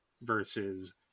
versus